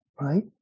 right